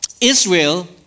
Israel